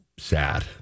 Sad